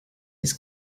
his